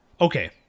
Okay